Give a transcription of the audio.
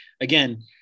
Again